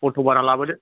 auto भारा लाबोदो